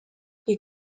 les